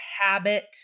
habit